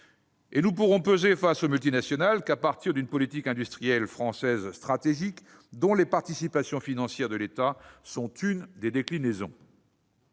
» Nous ne pourrons peser face aux multinationales « qu'à partir d'une politique industrielle française stratégique, dont les participations financières de l'État sont une des déclinaisons